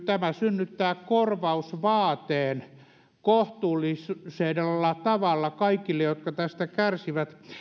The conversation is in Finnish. tämä synnyttää korvausvaateen kohtuullisella tavalla kaikille jotka tästä kärsivät